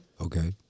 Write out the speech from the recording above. Okay